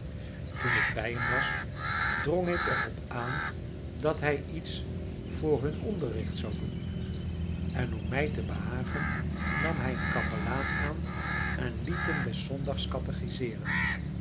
toen ik bij hem was drong ik er op aan dat hij iets voor hun onderricht zou doen en om mij te behagen nam hij een kapelaan aan en liet hem des zondags